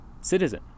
citizen